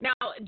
Now